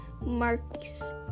marks